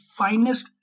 finest